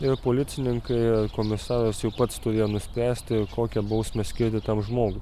ir policininkai ir komisaras jau pats turėjo nuspręsti kokią bausmę skirti tam žmogui